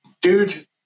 Dude